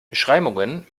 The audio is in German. beschreibungen